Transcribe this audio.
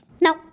No